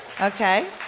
okay